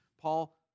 Paul